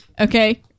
Okay